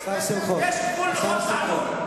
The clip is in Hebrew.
יש גבול לכל תעלול.